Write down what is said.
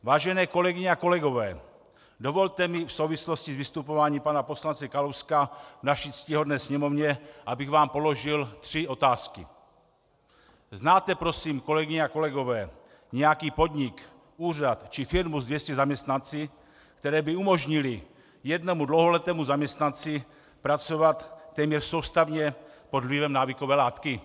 Vážené kolegyně a kolegové, dovolte mi v souvislosti s vystupováním pana poslance Kalouska v naší ctihodné sněmovně, abych vám položil tři otázky: Znáte prosím, kolegyně a kolegové, nějaký podnik, úřad či firmu s 200 zaměstnanci, které by umožnily jednomu dlouholetému zaměstnanci pracovat téměř soustavně pod vlivem návykové látky?